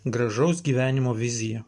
gražaus gyvenimo vizija